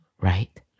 right